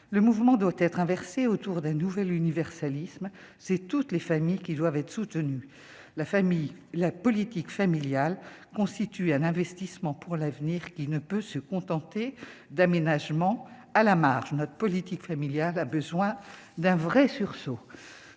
le mouvement doit être inversée autour d'un nouvel universalisme, c'est toutes les familles qui doivent être soutenus, la famille, la politique familiale constitue un investissement pour l'avenir, qui ne peut se contenter d'aménagement à la marge, notre politique familiale, a besoin d'un vrai sursaut